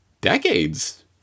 decades